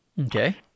Okay